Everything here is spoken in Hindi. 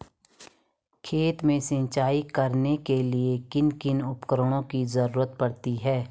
खेत में सिंचाई करने के लिए किन किन उपकरणों की जरूरत पड़ती है?